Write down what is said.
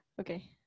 Okay